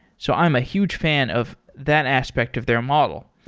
so i'm a huge fan of that aspect of their model.